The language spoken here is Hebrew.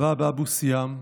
רבאב אבו סיאם,